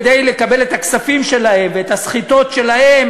כדי לקבל את הכספים שלהם ואת הסחיטות שלהם